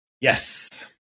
Yes